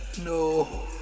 No